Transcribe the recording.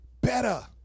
better